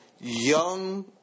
young